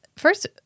First